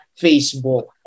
Facebook